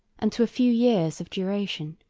and to a few years of duration.